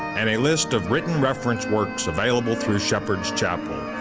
and a list of written references works available through shepherd's chapel.